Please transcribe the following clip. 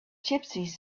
gypsies